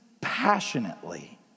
passionately